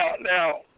now